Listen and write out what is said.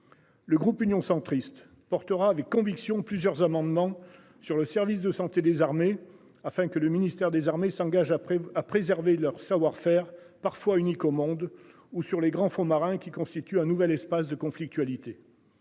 Le groupe Union centriste portera avec conviction plusieurs amendements sur le service de santé des armées, afin que le ministère des Armées s'engage à préserver leur savoir-faire parfois unique au monde, ou sur les grands fonds marins qui constituent un nouvel espace de conflictualité.